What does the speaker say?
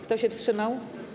Kto się wstrzymał?